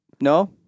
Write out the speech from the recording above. No